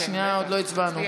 על השנייה עוד לא הצבענו.